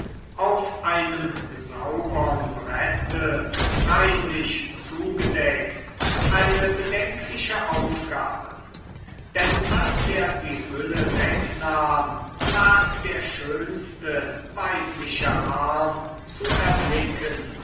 auf einem saubern brette reinlich zugedeckt eine bedenkliche aufgabe denn als er die hülle wegnahm lag der schönste weibliche arm zu erblicken